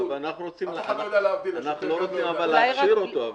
לא רוצים להכשיר אותו.